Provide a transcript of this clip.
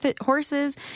horses